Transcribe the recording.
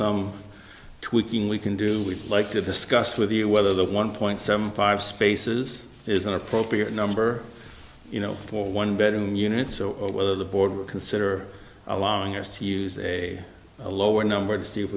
some tweaking we can do we'd like to discuss with you whether the one point seven five spaces is an appropriate number you know for one bedroom units or whether the board would consider allowing us to use a lower number to see if